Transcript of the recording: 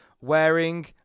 wearing